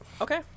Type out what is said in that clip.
Okay